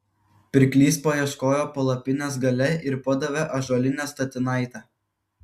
pirklys paieškojo palapinės gale ir padavė ąžuolinę statinaitę